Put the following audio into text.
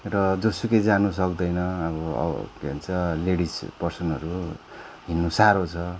र जोसुकै जान सक्दैन अब के भन्छ लेडिज पर्सनहरू हिँड्नु साह्रो छ